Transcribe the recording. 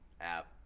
app